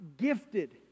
gifted